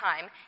time